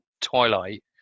Twilight